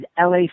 LA